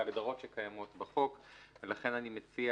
להגדרות שקיימות בחוק ולכן אני מציע